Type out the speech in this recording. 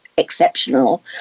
exceptional